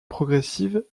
progressive